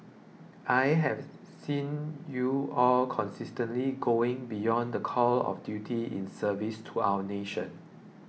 I have seen you all consistently going beyond the call of duty in service to our nation